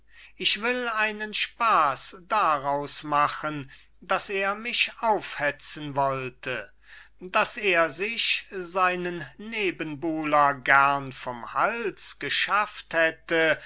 ich zürne ich will einen spaß daraus machen daß er mich aufhetzen wollte daß er sich seinen nebenbuhler gern vom hals geschafft hätte